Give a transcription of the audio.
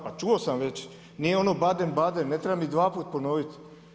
Pa čuo sam već, nije ono badem, badem, ne treba mi 2 put ponoviti.